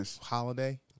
holiday